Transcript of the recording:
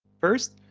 first,